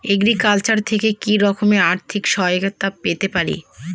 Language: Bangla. এগ্রিকালচার থেকে কি রকম আর্থিক সহায়তা পেতে পারি?